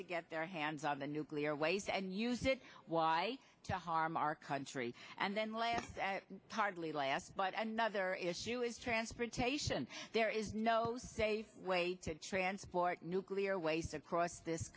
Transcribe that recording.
to get their hands on the nuclear waste and use it why to harm our country and then land hardly last but another issue is transportation there is no safe way to transport nuclear waste across this